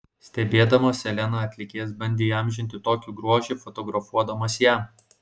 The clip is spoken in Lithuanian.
stebėdamas seleną atlikėjas bandė įamžinti tokį grožį fotografuodamas ją